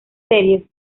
series